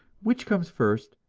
which comes first,